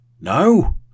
No